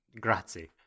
Grazie